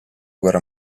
guerra